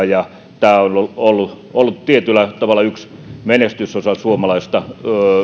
ja tämä on ollut ollut tietyllä tavalla yksi menestysosa suomalaista